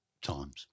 times